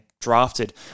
drafted